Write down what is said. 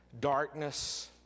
darkness